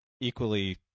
equally